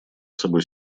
собой